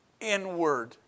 Inward